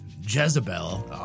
Jezebel